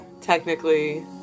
technically